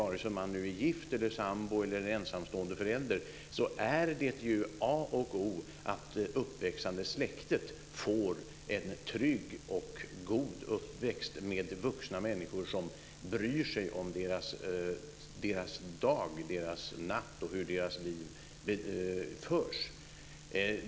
Vare sig man är gift, sambo eller ensamstående förälder är det a och o att det uppväxande släktet får en trygg och god uppväxt med vuxna människor som bryr sig om deras dag, deras natt och hur deras liv förs.